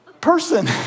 person